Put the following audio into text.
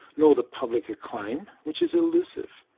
nor the public acclaim, which is elusive.